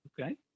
Okay